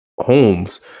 Holmes